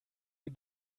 die